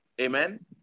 Amen